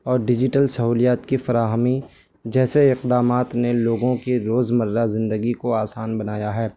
اور ڈیجیٹل سہولیات کی فراہمی جیسے اقدامات نے لوگوں کی روز مرہ زندگی کو آسان بنایا ہے